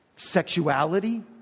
Sexuality